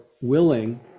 willing